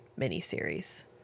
miniseries